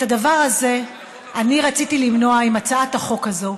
את הדבר הזה אני רציתי למנוע עם הצעת החוק הזאת,